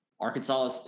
Arkansas